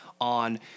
on